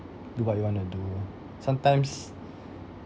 do what you want to do sometimes